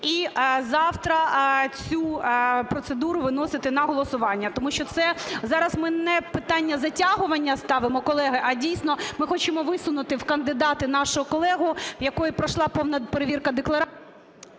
і завтра цю процедуру виносити на голосування? Тому що це зараз ми не питання затягування ставимо, колеги, а дійсно ми хочемо висунути в кандидати нашого колегу, в якої пройшла повна перевірка декларації.